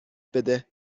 بده